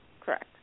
Correct